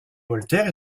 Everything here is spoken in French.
voltaire